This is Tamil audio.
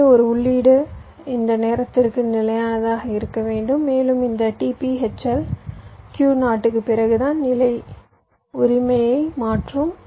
எனவே ஒரு உள்ளீடு இந்த நேரத்திற்கு நிலையானதாக இருக்க வேண்டும் மேலும் இந்த t p hl Q0 க்குப் பிறகுதான் நிலை உரிமையை மாற்றும்